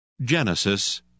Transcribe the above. Genesis